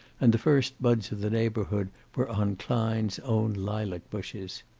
and the first buds of the neighborhood were on klein's own lilac-bushes.